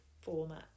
format